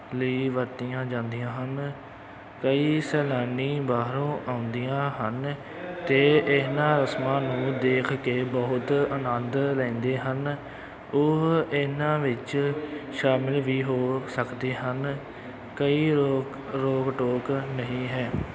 ਲਈ ਵਰਤੀਆਂ ਜਾਂਦੀਆਂ ਹਨ ਕਈ ਸੈਲਾਨੀ ਬਾਹਰੋਂ ਆਉਂਦੀਆਂ ਹਨ ਅਤੇ ਇਹਨਾਂ ਰਸਮਾਂ ਨੂੰ ਦੇਖ ਕੇ ਬਹੁਤ ਆਨੰਦ ਲੈਂਦੇ ਹਨ ਉਹ ਇਹਨਾਂ ਵਿੱਚ ਸ਼ਾਮਿਲ ਵੀ ਹੋ ਸਕਦੇ ਹਨ ਕੋਈ ਰੋਕ ਰੋਕ ਟੋਕ ਨਹੀਂ ਹੈ